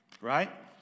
Right